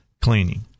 Cleaning